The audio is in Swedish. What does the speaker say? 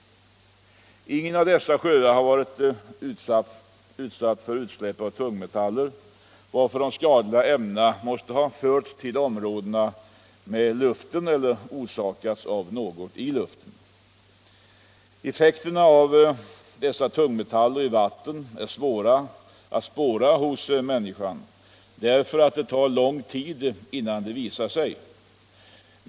Ingen av dessa sjöar har varit utsatt för utsläpp av tungmetaller, varför de skadliga ämnena måste ha förts till områdena med luften eller orsakats av något i luften. Effekterna av dessa tungmetaller i vatten är svåra att spåra hos människan därför att det tar lång tid innan de visar sig.